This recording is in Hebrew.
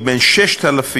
יודע,